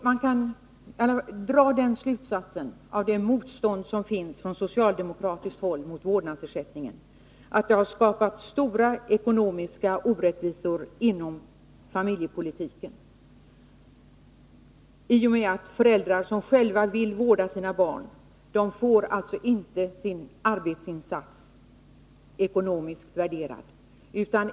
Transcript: Man kan dra den slutsatsen av det motstånd som finns från socialdemokratiskt håll mot vårdnadsersättningen att den har skapat stora ekonomiska orättvisor inom familjepolitiken, i och med att föräldrar som själva vill vårda sina barn inte får sin arbetsinsats ekonomiskt värderad.